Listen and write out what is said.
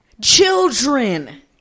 children